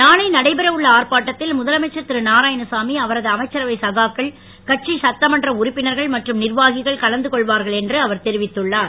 நானை நடைபெற உள்ள ஆர்ப்பாட்டத்தில் முதலமைச்சர் திருநாராயணசாமி அவரது அமைச்சரவை சகாக்கள் கட்சி சட்டமன்ற உறுப்பினர்கள் மற்றும் நிர்வாகிகள் கலந்துகொள்வார்கள் என்று அவர் தெரிவித்துள்ளார்